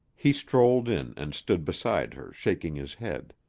he strolled in and stood beside her shaking his head.